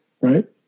right